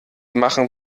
machen